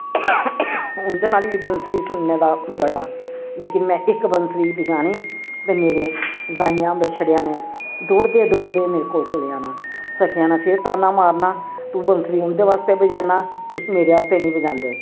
उं'दे नाल बी बंसरी सुनने दा बड़ा लेकिन में इक बंसरी बजानी ते मेरे गाइयां बछड़ेआं ने दौड़दे दौड़दे मेरे कोल चली आना सखियां ने फिर तान्ना मारना तूं बंसरी उं'दे बास्तै बजान्ना तुस मेरे आस्तै निं बजांदे